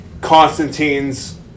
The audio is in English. Constantine's